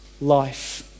life